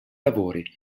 lavori